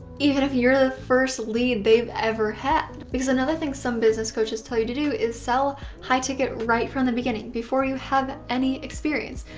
even if you're first lead they've ever had. because another thing some business coaches tell you to do is sell high ticket right from the beginning, before you have any experience.